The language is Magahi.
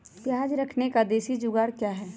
प्याज रखने का देसी जुगाड़ क्या है?